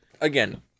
Again